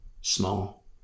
small